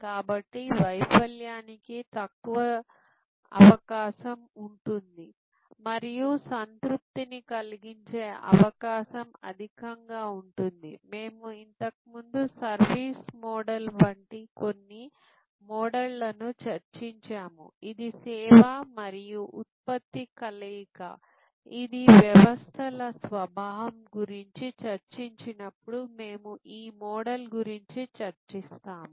కాబట్టి వైఫల్యానికి తక్కువ అవకాశం ఉంటుంది మరియు సంతృప్తిని కలిగించే అవకాశం అధికంగా ఉంటుంది మేము ఇంతకుముందు సర్వీస్ మోడల్ వంటి కొన్ని మోడళ్లను చర్చించాము ఇది సేవ మరియు ఉత్పత్తి కలయిక ఇది వ్యవస్థల స్వభావం గురించి చర్చించినప్పుడు మేము ఈ మోడల్ గురించి చర్చిస్తాము